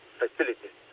facilities